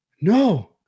No